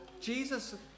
Jesus